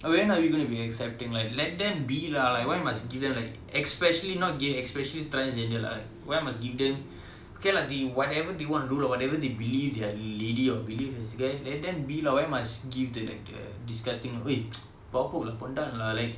when are we gonna be accepting like let them be lah like why must give them like especially not gay especially transgender lah why must give them okay lah the whatever they want to do or whatever they believe their lady of belief is let them be lah why must give them like the like the disgusting look பாப்போம்லா கொண்டாங்களா:paapomla kondaangalaa like